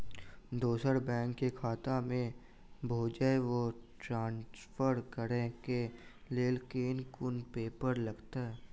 दोसर बैंक केँ खाता मे भेजय वा ट्रान्सफर करै केँ लेल केँ कुन पेपर लागतै?